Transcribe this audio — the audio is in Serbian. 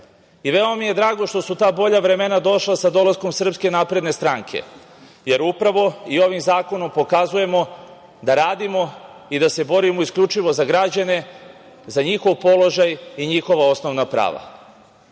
i veoma mi je drago što su ta bolja vremena došla sa dolaskom SNS, jer upravo i ovim zakonom pokazujemo da radimo i da se borimo isključivo za građane za njihov položaj i njihova osnovna prava. Moram